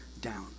down